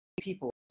people